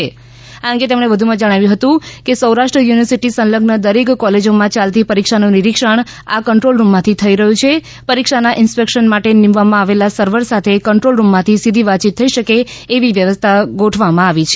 કુલપતિશ્રી પેથાણીએ જણાવ્યું હતું કે સૌરાષ્ટ્ર યુનિવર્સિટી સંલઝ્ન દરેક કોલેજોમાં ચાલતી પરીક્ષાનું નિરીક્ષણ આ કંટ્રોલ રૂમમાંથી થઈ રહ્યું છે પરીક્ષાના ઈન્સ્પેક્શન માટે નિમવામાં આવેલા સર્વર સાથે કંટ્રોલ રૂમમાંથી સીધી વાતયીત થઈ શકે એવી વ્યવસ્થા ગોઠવાઈ છે